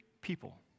people